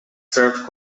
served